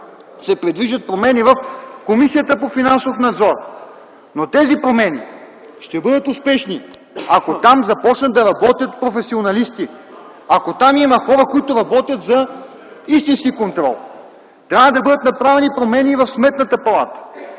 се предвиждат промени в Комисията по финансов надзор, но тези промени ще бъдат успешни, ако там започнат да работят професионалисти, ако там има хора, които работят за истински контрол. Трябва да бъдат направени промени в Сметната палата,